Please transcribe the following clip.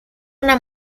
una